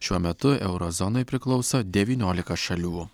šiuo metu euro zonai priklauso devyniolika šalių